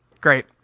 Great